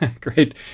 great